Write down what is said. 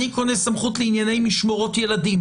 אני קונה סמכות לענייני משמורות ילדים.